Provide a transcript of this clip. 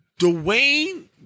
Dwayne